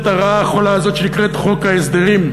המצאנו את הרעה החולה הזאת שנקראת חוק ההסדרים,